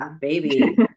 baby